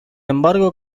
embargo